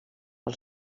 als